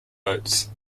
boats